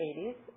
80s